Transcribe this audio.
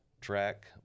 track